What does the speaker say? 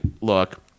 look